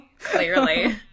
clearly